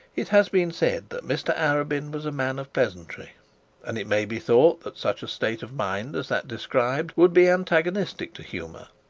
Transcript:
it has been said that mr arabin was a man of pleasantry and it may be thought that such a state of mind as that described, would be antagonistic to humour.